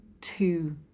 two